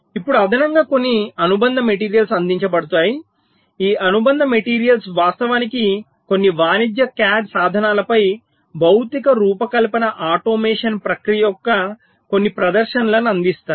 ఇప్పుడు అదనంగా కొన్ని అనుబంధ మెటీరియల్స్ అందించబడతాయి ఈ అనుబంధ మెటీరియల్స్ వాస్తవానికి కొన్ని వాణిజ్య CAD సాధనాలపై భౌతిక రూపకల్పన ఆటోమేషన్ ప్రక్రియ యొక్క కొన్ని ప్రదర్శనలను అందిస్తాయి